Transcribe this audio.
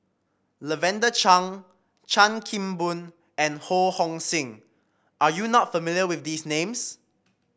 Lavender Chang Chan Kim Boon and Ho Hong Sing are you not familiar with these names